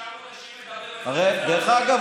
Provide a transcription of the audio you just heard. חמישה חודשים אנחנו אומרים, ואתה